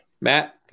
Matt